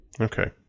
okay